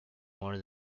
more